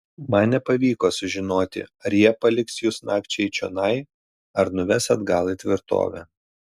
man nepavyko sužinoti ar jie paliks jus nakčiai čionai ar nuves atgal į tvirtovę